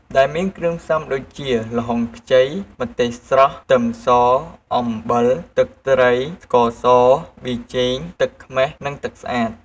ដែលមានគ្រឿងផ្សំដូចជា ល្ហុងខ្ចី ម្ទេសស្រស់ ខ្ទឹមស អំបិល ទឹកត្រី ស្ករស ប៊ីចេង ទឹកខ្មេះ និងទឹកស្អាត។